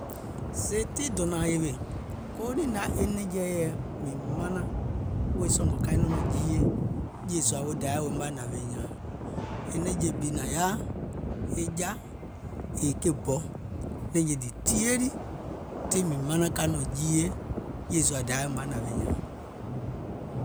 Sèè tii dònȧȧŋ yèwè, kòò niŋ nȧŋ yaȧ e nɛ̀ŋjeɛ̀ mìŋ manaŋ wèè sɔ̀ngɔ̀ ka niŋ nɔ̀ŋ jiiye jèè sùȧ wo Dayȧ woim wa nȧwèè nyȧȧŋ, e nɛ̀ŋje bi nàŋ yaȧ e ja yèè ke ɓɔ, nɛ̀ŋjè ɗì tìyèe lii tiŋ mìŋ manaŋ ka nɔŋ jiiye e jèè sùȧ wo Dayà woim wa nàwèè nyààŋ.